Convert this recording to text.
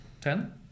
Ten